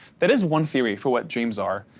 that is one theory for what dreams are.